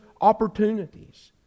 opportunities